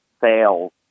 sales